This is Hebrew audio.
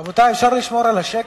רבותי, אפשר לשמור על השקט?